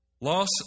Loss